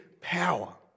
power